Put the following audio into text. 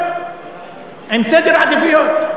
עם סדר עדיפויות,